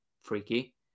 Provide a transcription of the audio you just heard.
freaky